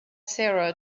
sara